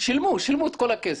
שילמו את כל הכסף.